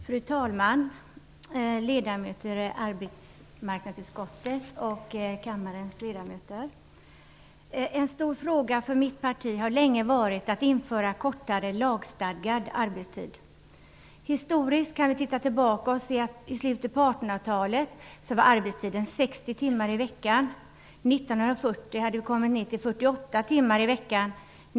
Fru talman! Ledamöter i arbetsmarknadsutskottet och kammarens övriga ledamöter! En stor fråga för mitt parti har länge varit att införa kortare lagstadgad arbetstid. Vi kan titta tillbaka i historien och se att arbetstiden i slutet på 1800-talet var 60 timmar i veckan. År 1940 hade vi kommit ner till 48 timmar i veckan.